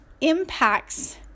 impacts